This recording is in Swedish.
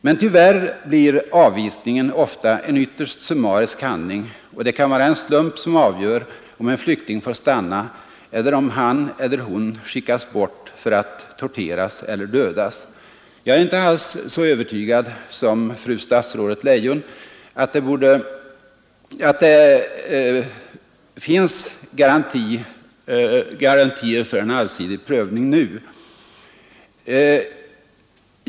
Men tyvärr blir avvisningen ofta en ytterst summarisk handling, och det kan vara en slump som avgör om en flykting får stanna eller om han eller hon skickas bort att torteras eller dödas. Jag är inte alls så övertygad som fru statsrådet Leijon att det finns garantier för en allsidig prövning nu.